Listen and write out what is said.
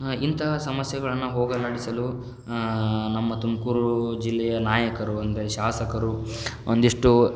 ಇಂತಹ ಸಮಸ್ಯೆಗಳನ್ನು ಹೋಗಲಾಡಿಸಲು ನಮ್ಮ ತುಮಕೂರು ಜಿಲ್ಲೆಯ ನಾಯಕರು ಅಂದರೆ ಶಾಸಕರು ಒಂದಷ್ಟು